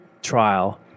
trial